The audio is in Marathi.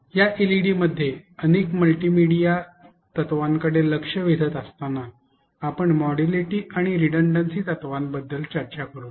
या एलईडीमध्ये अनेक मल्टीमीडिया तत्त्वांकडे लक्ष वेधत असताना आपण मोडॅलिटी आणि रीडडन्सि तत्त्वांबद्दल चर्चा करू